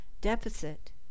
deficit